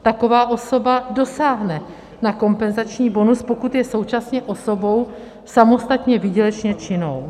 Taková osoba dosáhne na kompenzační bonus, pokud je současně osobou samostatně výdělečně činnou.